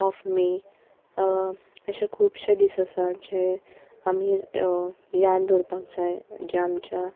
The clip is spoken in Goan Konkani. ऑफ मे अशे खुबशे दीस आसा जे आमी याद दवरपाक जाय जे आमच्या